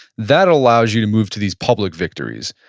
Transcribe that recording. that allows you to move to these public victories,